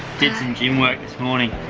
did some gym work this morning.